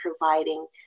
providing